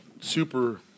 super